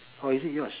or is it yours